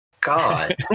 God